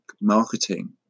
marketing